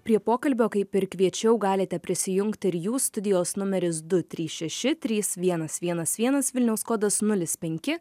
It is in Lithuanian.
prie pokalbio kaip ir kviečiau galite prisijungti ir jūs studijos numeris du trys šeši trys vienas vienas vienas vilniaus kodas nulis penki